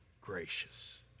gracious